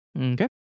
Okay